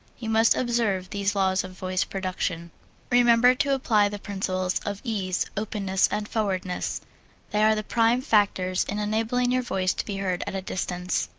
you must observe these laws of voice production remember to apply the principles of ease, openness and forwardness they are the prime factors in enabling your voice to be heard at a distance.